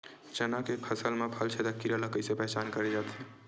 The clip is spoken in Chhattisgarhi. चना के फसल म फल छेदक कीरा ल कइसे पहचान करे जाथे?